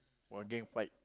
got gang fight